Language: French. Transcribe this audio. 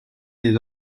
les